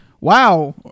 wow